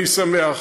אני שמח.